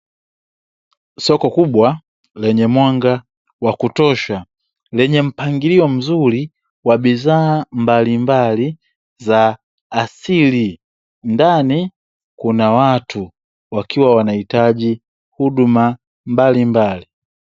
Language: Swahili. Soko kubwa lenye mwanga wa kutosha lenye mpangilio mzuri wa bidhaa mbalimbali za asili, ndani kuna watu wakiwa wanahitaji huduma mbalimbali .